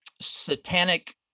satanic